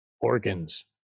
organs